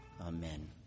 Amen